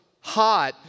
hot